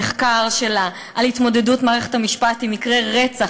המחקר שלה על התמודדות מערכת המשפט עם מקרי רצח